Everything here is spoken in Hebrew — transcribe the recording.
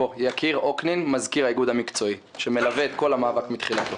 אני מזכיר האיגוד המקצועי שמלווה את כל המאבק מתחילתו.